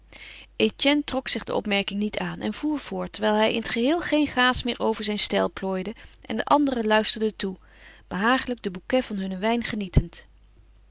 etienne trok zich de opmerking niet aan en voer voort terwijl hij in het geheel geen gaas meer over zijn stijl plooide en de anderen luisterden toe behagelijk de bouquet van hun wijn genietend